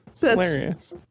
Hilarious